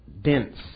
dense